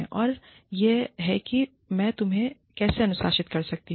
और यह है कि मैं तुम्हें कैसे अनुशासित कर सकती हूं